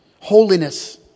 holiness